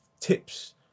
tips